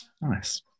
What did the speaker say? Nice